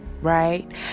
right